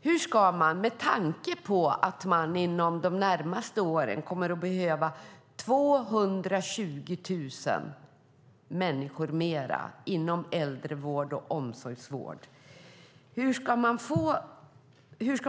Hur ska man, med tanke på att man inom de närmaste åren kommer att behöva 220 000 fler människor inom äldrevård och äldreomsorg, få dit dessa människor?